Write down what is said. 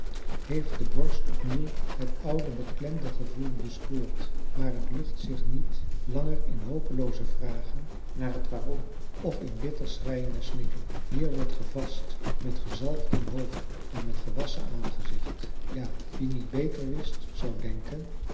heeft de borst opnieuw het oude beklemde gevoel bespeurd maar het lucht zich niet langer in hopelooze vragen naar het waarom of in bitter schreien en snikken hier wordt gevast met gezalfden hoofde en met gewasschen aangezicht ja wie niet beter wist zou denken